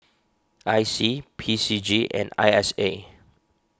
I C P C G and I S A